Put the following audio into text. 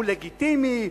הוא לגיטימי,